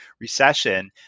recession